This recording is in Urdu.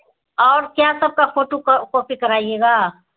اور کیا سب کا فوٹو کاپی کرائے گا